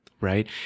right